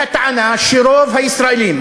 והטענה שרוב הישראלים,